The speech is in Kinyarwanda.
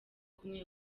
kumwe